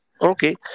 Okay